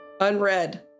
Unread